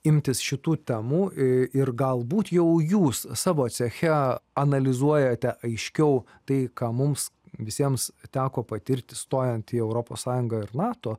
imtis šitų temų ir galbūt jau jūs savo ceche analizuojate aiškiau tai ką mums visiems teko patirti stojant į europos sąjungą ir nato